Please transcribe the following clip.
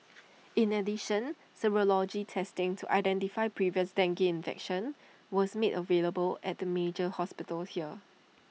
in addition serology testing to identify previous dengue infection was made available at the major hospitals here